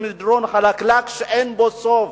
זה מדרון חלקלק שאין לו סוף.